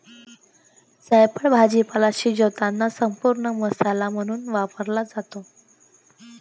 जायफळ भाजीपाला शिजवताना संपूर्ण मसाला म्हणून वापरला जातो